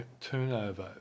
turnover